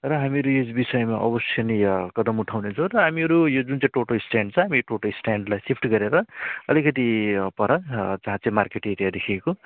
र हामीहरू यस विषयमा अवश्य नै यहाँ कदम उठाउँदै छ र हामीहरू यो जुन चाहिँ टोटो स्ट्यान्ड छ हामी टोटो स्ट्यान्डलाई सिफ्ट गरेर अलिकति पर जहाँ चाहिँ मार्केट एरियादेखिको